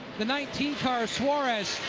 the nineteen car, suarez,